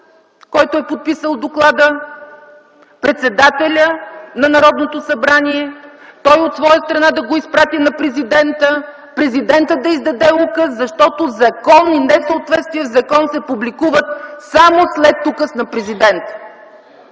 който е подписал доклада, председателя на Народното събрание, той от своя страна да го изпрати на президента, президентът да издаде указ, защото закон и несъответствие в закон се публикуват само след указ на президента!